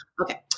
Okay